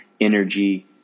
energy